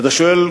ואתה שואל,